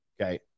Okay